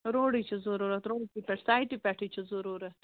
روڈٕے چھِ ضٔروٗرَت روڈسٕے پٮ۪ٹھ سایٹہِ پٮ۪ٹھٕے چھُ ضٔروٗرَت